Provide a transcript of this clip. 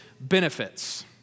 benefits